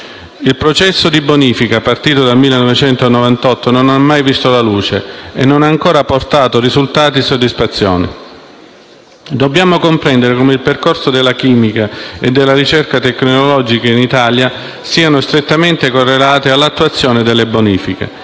Il processo di bonifica, partito dal 1998, non hai mai visto la luce e non ha ancora portato a risultati soddisfacenti. Dobbiamo comprendere come il progresso della chimica e della ricerca tecnologica in Italia siano strettamente correlate all'attuazione delle bonifiche.